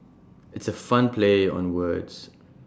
it's A fun play on words